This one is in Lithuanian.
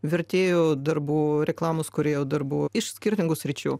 vertėjų darbų reklamos kūrėjų darbų iš skirtingų sričių